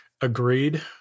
agreed